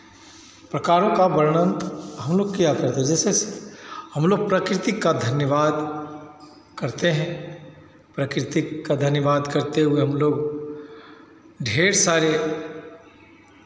प्रकारों का वर्णन हमलोग किया करते हैं जैसे हमलोग प्रकृति का धन्यवाद करते हैं प्रकृति का धन्यवाद करते हुए हमलोग ढेर सारे